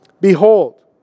Behold